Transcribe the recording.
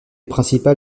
principale